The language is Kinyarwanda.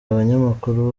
abanyamakuru